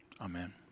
Amen